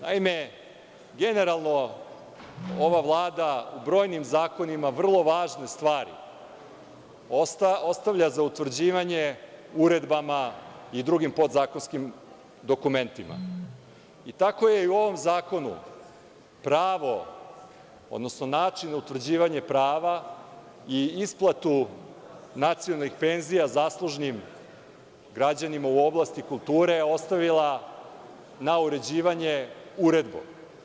Naime, generalno, ova Vlada brojnim zakonima vrlo važne stvari ostavlja za utvrđivanje uredbama i drugim podzakonskim dokumentima i tako je i u ovom zakonu pravo, odnosno način utvrđivanja prava i isplatu nacionalnih penzija zaslužnim građanima u oblasti kulture ostavila na uređivanje uredbom.